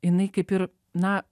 jinai kaip ir na